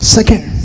Second